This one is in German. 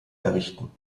errichten